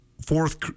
fourth